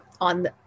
on